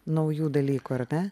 naujų dalykų ar ne